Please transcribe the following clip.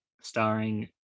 starring